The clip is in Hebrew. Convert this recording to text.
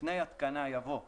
לפני "התקנה" יבוא "תכנון"